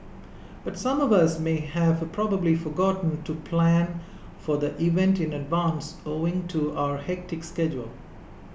but some of us may have probably forgotten to plan for the event in advance owing to our hectic schedule